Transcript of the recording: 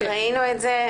ראינו את זה,